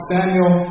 Samuel